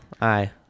Aye